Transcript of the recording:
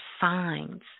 signs